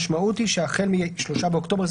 המשמעות היא שהחל מ-3 באוקטובר,